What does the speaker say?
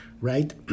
right